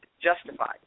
justified